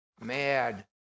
mad